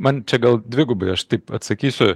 man čia gal dvigubai aš taip atsakysiu